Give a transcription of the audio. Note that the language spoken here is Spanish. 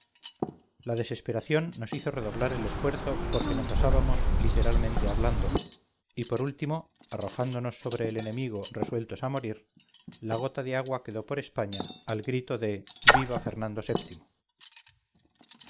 la desesperación nos hizo redoblar el esfuerzo porque nos asábamos literalmente hablando y por último arrojándonos sobre el enemigo resueltos a morir la gota de agua quedó por españa al grito de viva fernando